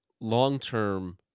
long-term